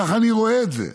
ככה אני רואה את זה.